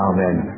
Amen